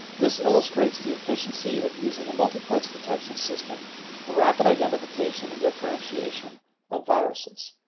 this illustrates the efficiency of using a multiplex detection system for rapid identification and differentiation of viruses.